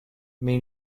mais